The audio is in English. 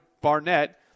Barnett